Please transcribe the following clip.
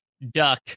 Duck